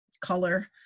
color